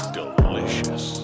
Delicious